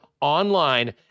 online